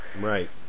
Right